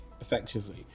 effectively